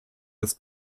des